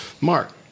Mark